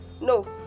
No